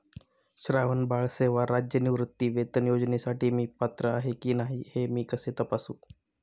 श्रावणबाळ सेवा राज्य निवृत्तीवेतन योजनेसाठी मी पात्र आहे की नाही हे मी कसे तपासू?